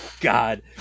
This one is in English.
God